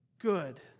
good